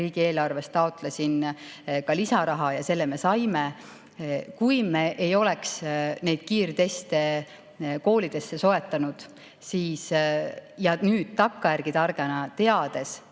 riigieelarvest taotlesin ka lisaraha ja selle me saime. Kui me ei oleks neid kiirteste koolidesse soetanud, siis nüüd takkajärgi targana teades,